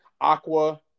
aqua